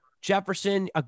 Jefferson